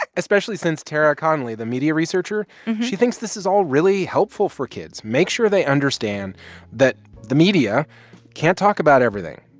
especially since tara conley, the media researcher she thinks this is all really helpful for kids. make sure they understand that the media can't talk about everything,